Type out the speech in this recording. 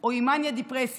או עם מניה דפרסיה,